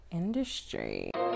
industry